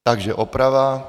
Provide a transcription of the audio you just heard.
Takže oprava.